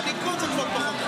לליכוד זה כבר פחות חשוב.